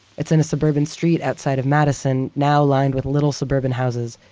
it's in a suburban street outside of madison, now lined with little suburban houses,